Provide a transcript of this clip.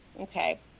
Okay